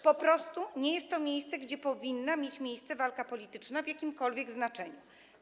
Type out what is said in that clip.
Po prostu nie jest to miejsce, gdzie powinna mieć miejsce walka polityczna w jakimkolwiek znaczeniu.